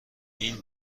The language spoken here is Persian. این